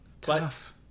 Tough